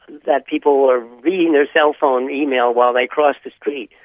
that people are reading their cell phone email while they cross the street,